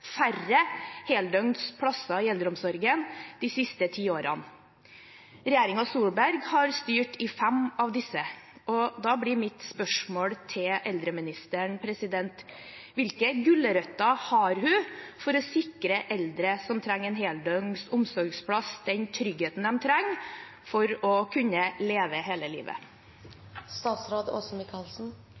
færre heldøgns plasser i eldreomsorgen de siste ti årene. Regjeringen Solberg har styrt i fem av disse. Da blir mitt spørsmål til eldreministeren: Hvilke gulrøtter har hun for å sikre eldre som trenger en heldøgns omsorgsplass, den tryggheten de trenger for å kunne leve hele livet?